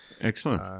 Excellent